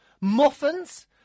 muffins